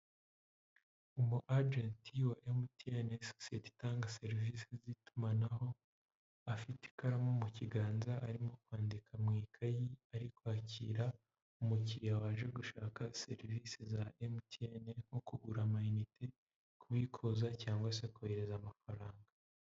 Umu ajenti wa emutiyene sosiyete itanga serivisi z'itumanaho, afite ikaramu mu kiganza arimo kwandika mu ikayi ari kwakira umukiriya waje gushaka serivisi za emutiyeni nko kugura minite, kubikuza, cyangwa se kohereza amafaranga.